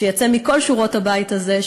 שיצא מכל שורות הבית הזה,